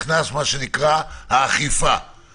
יש